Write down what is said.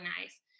nice